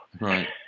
Right